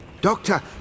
Doctor